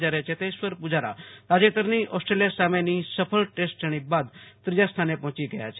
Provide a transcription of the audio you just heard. જ્યારે ચેતેશ્વર પુજારા તાજેતરની ઓસ્ટ્રેલિયા સામેની ટેસ્ટ શ્રેણી બાદ ત્રીજા સ્થાને પહોંચી ગયા છે